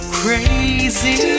crazy